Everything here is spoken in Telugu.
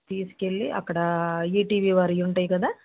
తీసుకు వెళ్ళి అక్కడ ఈ టీ వీ వారివి ఉంటాయి కదా